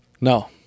No